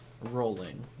rolling